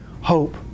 hope